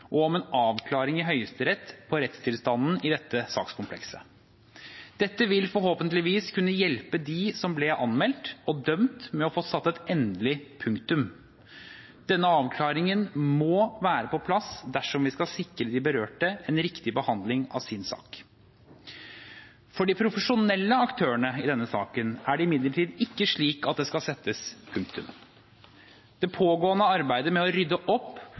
en avklaring i Høyesterett på rettstilstanden i dette sakskomplekset. Dette vil forhåpentligvis kunne hjelpe dem som ble anmeldt og dømt, med å få satt et endelig punktum. Denne avklaringen må være på plass dersom vi skal sikre de berørte en riktig behandling av sin sak. For de profesjonelle aktørene i denne saken er det imidlertid ikke slik at det skal settes punktum. Det pågående arbeidet med å rydde opp